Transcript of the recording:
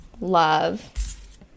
love